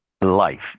life